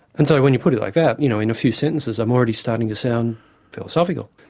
and so when you put it like that, you know, in a few sentences, i'm already starting to sound philosophical.